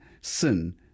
sin